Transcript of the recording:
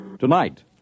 Tonight